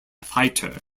fighter